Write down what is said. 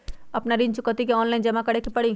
हमरा ऋण चुकौती ऑनलाइन जमा करे के परी?